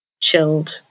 chilled